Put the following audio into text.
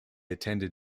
attended